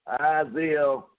Isaiah